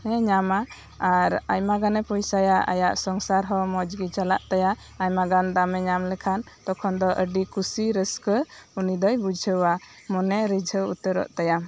ᱧᱟᱢᱟ ᱟᱨ ᱟᱭᱢᱟ ᱜᱟᱱᱮ ᱯᱚᱭᱥᱟᱭᱟ ᱟᱭᱟᱜ ᱥᱚᱝᱥᱟᱨ ᱦᱚᱸ ᱢᱚᱸᱡᱽ ᱜᱮ ᱪᱟᱞᱟᱜ ᱛᱟᱭᱟ ᱟᱭᱢᱟ ᱜᱟᱱ ᱫᱟᱢᱮ ᱧᱟᱢ ᱞᱮᱠᱷᱟᱱ ᱛᱚᱠᱷᱚᱱ ᱫᱚ ᱟᱹᱰᱤ ᱠᱩᱥᱤ ᱨᱟᱹᱥᱠᱟᱹ ᱩᱱᱤ ᱫᱚᱭ ᱵᱩᱡᱷᱟᱹᱣᱟ ᱢᱚᱱᱮ ᱨᱤᱡᱷᱟᱹᱣ ᱩᱛᱟᱹᱨᱚᱜ ᱛᱟᱭᱟ